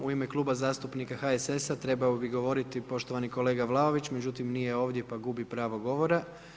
U ime Kluba zastupnika HSS-a trebao bi govoriti poštovani kolega Vlaović, međutim nije ovdje pa gubi pravo govora.